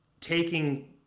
taking